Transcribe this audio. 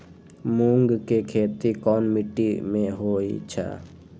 मूँग के खेती कौन मीटी मे होईछ?